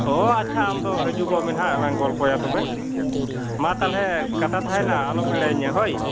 ᱚ ᱟᱪᱷᱟ ᱟᱢ ᱫᱚ ᱦᱤᱡᱩᱜᱚᱜ ᱢᱮᱱᱟᱦᱟᱸᱜ ᱞᱟᱝ ᱜᱚᱞᱯᱚᱭᱟ ᱛᱚᱵᱮ ᱢᱟ ᱛᱟᱦᱚᱞᱮ ᱠᱟᱛᱷᱟ ᱛᱟᱦᱮᱸᱭᱮᱱᱟ ᱟᱞᱳᱢ ᱮᱲᱮᱭᱤᱧᱟᱹ ᱦᱳᱭ